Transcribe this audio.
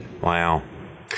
Wow